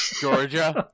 Georgia